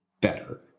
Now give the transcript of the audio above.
better